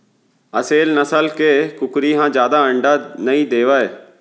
असेल नसल के कुकरी ह जादा अंडा नइ देवय